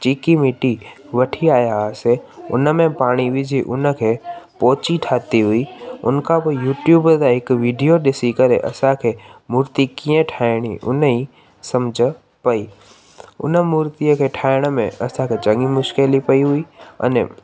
cheeky मिटी वठी आया हुआसीं हुन में पाणी विझी हुनखे पोची ठाही हुई हुनखां पोइ यूट्यूब ता हिकु विडियो ॾिसी करे असांखे मूर्ती कीअं ठाहिणी हुनजी समुझ पेई हुन मुर्तीअ खे ठाहिण में असांखे चङी मुश्किली पेई हुई अने